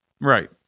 Right